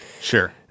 Sure